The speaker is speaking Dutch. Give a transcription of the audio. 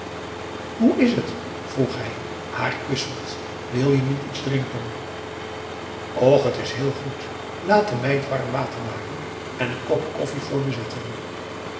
hoe is het vroeg hij haar kussend wil je niet iets drinken och t is heel goed laat de meid warm water maken en een kop koffie voor me zetten